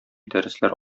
дәресләр